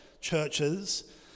churches